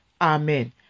Amen